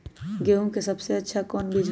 गेंहू के सबसे अच्छा कौन बीज होई?